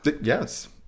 Yes